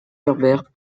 berbère